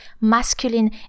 masculine